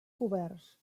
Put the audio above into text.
coberts